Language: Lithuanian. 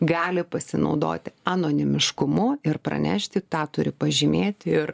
gali pasinaudoti anonimiškumu ir pranešti tą turi pažymėti ir